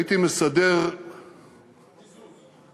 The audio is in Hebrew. הייתי מסדר, קיזוז.